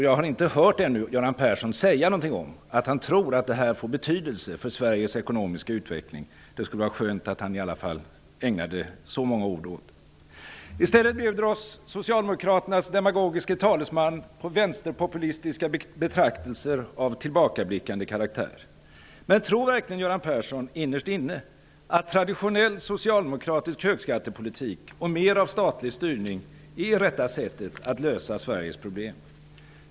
Jag har ännu inte hört Göran Persson säga någonting om att han tror att det här får betydelse för Sveriges ekonomiska utveckling. Det vore skönt om han i alla fall ägnade så många ord åt detta. I stället bjuder oss socialdemokraternas demagogiske talesman på vänsterpopulistiska betraktelser av tillbakablickande karaktär. Men tror verkligen Göran Persson innerst inne att traditionell socialdemokratisk högskattepolitik och mer av statlig styrning är rätta sättet att lösa Sveriges problem?